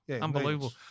Unbelievable